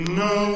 no